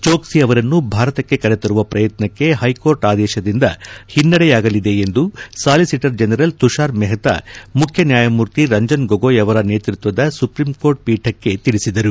ಚೋಕ್ಷಿ ಅವರನ್ನು ಭಾರತಕ್ಕೆ ಕರೆ ತರುವ ಪ್ರಯತ್ನಕ್ಕೆ ಹೈಕೋರ್ಟ್ ಆದೇಶದಿಂದ ಹಿನ್ನಡೆಯಾಗಲಿದೆ ಎಂದು ಸಾಲಿಸಿಟರ್ ಜನರಲ್ ತುತಾರ್ ಮೆಹತ ಮುಖ್ಜನ್ವಾಯಮೂರ್ತಿ ರಂಜನ್ ಗೊಗೋಯ್ ಅವರ ನೇತೃತ್ವದ ಸುಪ್ರೀಂ ಕೋರ್ಟ್ ಪೀಠಕ್ಕೆ ತಿಳಿಸಿದರು